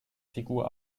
figur